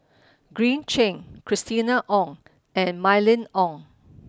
Green Zeng Christina Ong and Mylene Ong